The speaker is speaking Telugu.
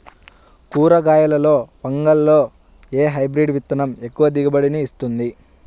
కూరగాయలలో వంగలో ఏ హైబ్రిడ్ విత్తనం ఎక్కువ దిగుబడిని ఇస్తుంది?